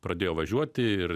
pradėjo važiuoti ir